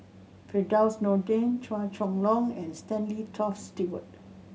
Firdaus Nordin Chua Chong Long and Stanley Toft Stewart